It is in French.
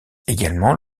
également